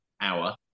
hour